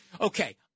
Okay